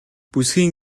бүсгүйн